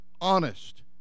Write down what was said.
honest